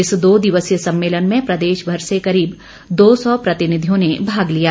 इस दो दिवसीय सम्मेलन में प्रदेशभर से करीब दो सौ प्रतिनिधियों ने भाग लिया